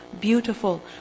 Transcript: beautiful